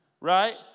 Right